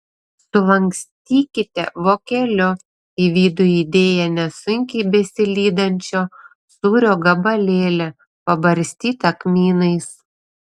sulankstykite vokeliu į vidų įdėję nesunkiai besilydančio sūrio gabalėlį pabarstytą kmynais